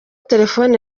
telefoni